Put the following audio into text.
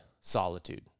solitude